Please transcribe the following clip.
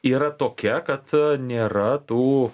yra tokia kad nėra tų